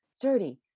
dirty